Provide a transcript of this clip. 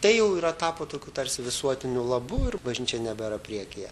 tai jau yra tapo tokiu tarsi visuotiniu labu ir bažnyčia nebėra priekyje